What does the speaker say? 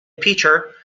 pitcher